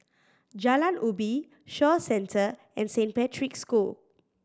Jalan Ubi Shaw Centre and Saint Patrick's School